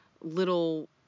little